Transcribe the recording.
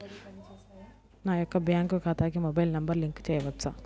నా యొక్క బ్యాంక్ ఖాతాకి మొబైల్ నంబర్ లింక్ చేయవచ్చా?